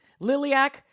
Liliac